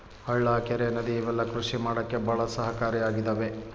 ಹಳ್ಳ ಕೆರೆ ನದಿ ಇವೆಲ್ಲ ಕೃಷಿ ಮಾಡಕ್ಕೆ ಭಾಳ ಸಹಾಯಕಾರಿ ಆಗಿದವೆ